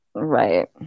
right